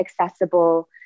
accessible